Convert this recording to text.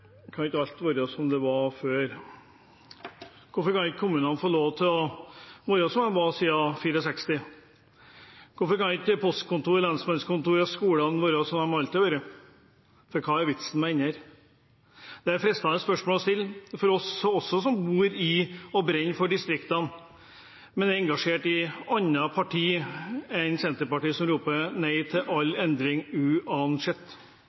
Kan ikke alt være som det var før? Hvorfor kan ikke kommunene få lov til å være som de har vært siden 1964? Hvorfor kan ikke postkontorene, lensmannskontorene og skolene være som de alltid har vært, for hva er vitsen med å endre? Det er fristende spørsmål å stille, også for oss som bor i og brenner for distriktene, men er engasjert i andre partier enn Senterpartiet, som roper nei til all